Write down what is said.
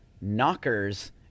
knockers